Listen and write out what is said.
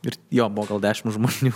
ir jo buvo gal dešimt žmonių